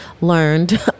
learned